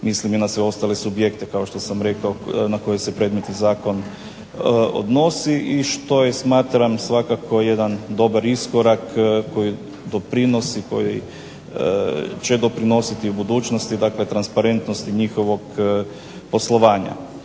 mislim i na sve ostale subjekte, kao što sam rekao na koje se predmetni zakon odnosi i što je smatram svakako jedan dobar iskorak koji doprinosi, koji će doprinositi i u budućnosti, dakle transparentnosti njihovog poslovanja.